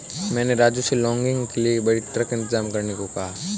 मैंने राजू से लॉगिंग के लिए बड़ी ट्रक इंतजाम करने को कहा है